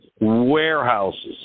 warehouses